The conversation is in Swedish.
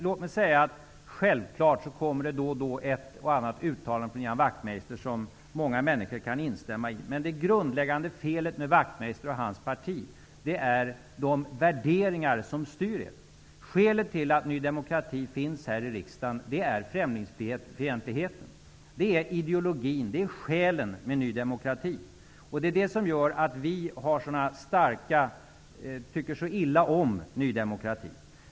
Låt mig säga att självklart kommer det då och då ett uttalande från Ian Wachtmeister som många människor kan instämma i. Men det grundläggande felet med Wachtmeister och hans parti är de värderingar som styr dem. Skälet till att Ny demokrati finns här i riksdagen är främlingsfientligheten. Det är ideologin, det är själen hos Ny demokrati, och det är det som gör att vi tycker så illa om Ny demokrati.